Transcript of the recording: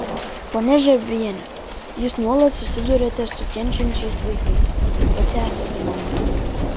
ponia žiobiene jūs nuolat susiduriate su kenčiančiais vaikais pati esate mama